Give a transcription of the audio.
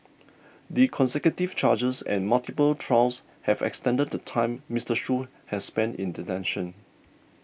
the consecutive charges and multiple trials have extended the time Mister Shoo has spent in detention